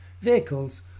vehicles